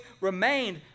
remained